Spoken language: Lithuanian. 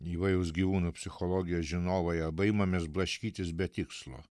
įvairūs gyvūnų psichologijos žinovai arba imamės blaškytis be tikslo